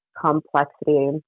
complexity